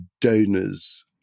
donors